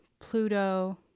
Pluto